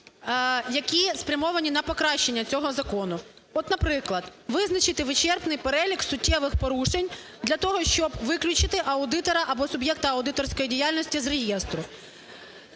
які спрямовані на покращення цього закону. От, наприклад, визначити вичерпний перелік суттєвих порушень для того, щоб виключити аудитора або суб'єкта аудиторської діяльності з реєстру.